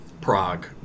Prague